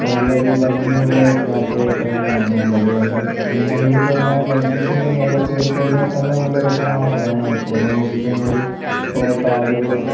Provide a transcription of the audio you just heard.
നല്ലൊരു ഭംഗിയുള്ള യാത്ര ആയിട്ടാണ് നല്ലത് അതിൻ്റെ കുന്നിൻ്റെ മുകളിൽ കേറിക്കഴിഞ്ഞാൽ ആ ഗ്ലാസ്സ് ബ്രിഡ്ജിൻ്റെ മേലെ കേറിക്കഴിഞ്ഞതന്നെ നല്ല രസമാണ് കാണാൻ പുറമെ നോക്കിക്കഴിഞ്ഞാല് കുറെ കാടുകളും